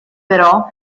però